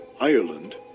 Ireland